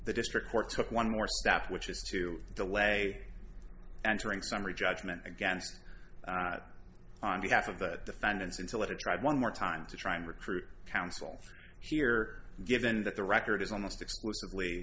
the district court took one more step which is to delay answering summary judgment against on behalf of the defendants until it or tried one more time to try and recruit counsel here given that the record is almost exclusively